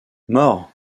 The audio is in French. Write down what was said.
mort